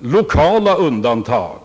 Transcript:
lokala undantag.